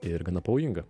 ir gana pavojinga